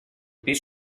pis